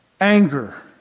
anger